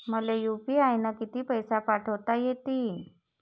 मले यू.पी.आय न किती पैसा पाठवता येईन?